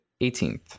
18th